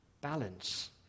Balance